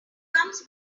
comes